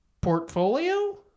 portfolio